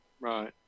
Right